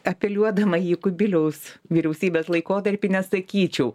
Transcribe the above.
apeliuodama į kubiliaus vyriausybės laikotarpį nesakyčiau